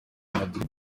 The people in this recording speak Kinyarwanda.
madrid